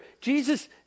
Jesus